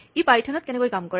ই পাইথনত কেনেকৈ কাম কৰে